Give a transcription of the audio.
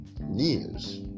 news